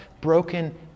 broken